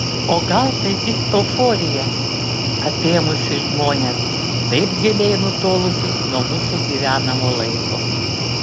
o gal tai tik euforija apėmusi žmones taip giliai nutolusius nuo mūsų gyvenamo laiko